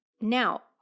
Now